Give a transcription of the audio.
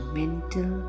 mental